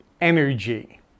energy